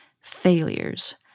Failures